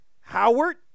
Howard